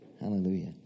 Hallelujah